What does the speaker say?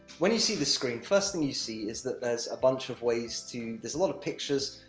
when you see the screen, first thing you see is that there's a bunch of ways to there's a lot of pictures.